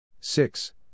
six